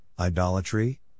idolatry